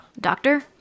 Doctor